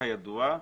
כידוע,